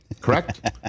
correct